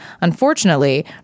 Unfortunately